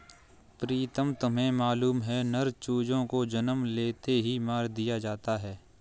प्रीतम तुम्हें मालूम है नर चूजों को जन्म लेते ही मार दिया जाता है